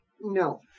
No